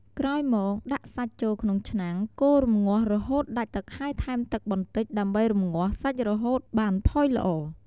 ក្រោយមក ដាក់សាច់ចូលក្នុងឆ្នាំងកូររំងាស់រហូតដាច់ទឹកហើយថែមទឹកបន្តិចដើម្បីរំងាស់សាច់រហូតបានផុយល្អ។